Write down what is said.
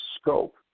scope